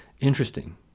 Interesting